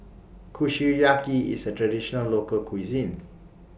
Kushiyaki IS A Traditional Local Cuisine